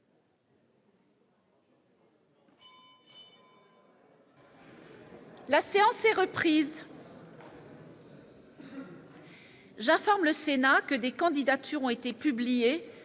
La séance est reprise. J'informe le Sénat que des candidatures ont été publiées